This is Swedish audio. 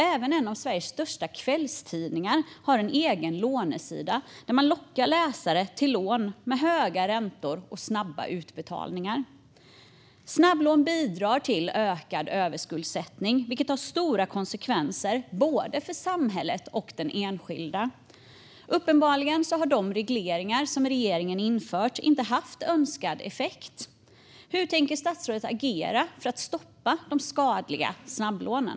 Även en av Sveriges största kvällstidningar har en egen lånesida där man lockar läsare att ta lån med snabba utbetalningar till höga räntor. Snabblån bidrar till ökad överskuldsättning, vilket får stora konsekvenser för både samhället och den enskilda. Uppenbarligen har de regleringar som regeringen har infört inte fått önskad effekt. Hur tänker statsrådet agera för att stoppa de skadliga snabblånen?